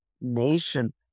nation